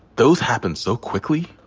those happen so quickly.